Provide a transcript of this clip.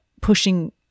pushing